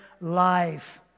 life